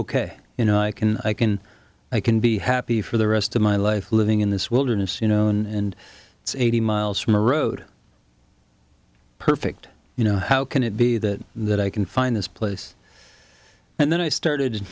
ok you know i can i can i can be happy for the rest of my life living in this wilderness you know and it's eighty miles from a road perfect you know how can it be that that i can find this place and then i started